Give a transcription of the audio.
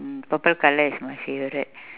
mm purple colour is my favourite